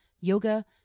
yoga